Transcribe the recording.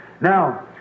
Now